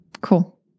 Cool